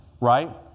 Right